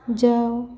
ଯାଅ